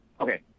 Okay